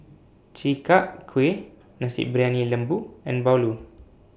Chi Kak Kuih Nasi Briyani Lembu and Bahulu